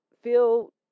feel